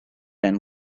and